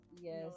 yes